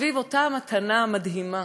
סביב אותה מתנה מדהימה,